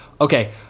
Okay